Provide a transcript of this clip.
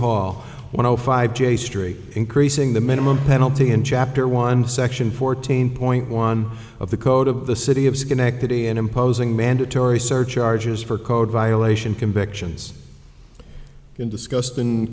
zero five j street increasing the minimum penalty in chapter one section fourteen point one of the code of the city of schenectady and imposing mandatory surcharges for code violation convictions in discus